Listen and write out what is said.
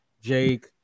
Jake